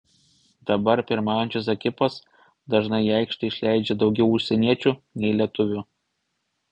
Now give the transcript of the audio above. dabar pirmaujančios ekipos dažnai į aikštę išleidžia daugiau užsieniečių nei lietuvių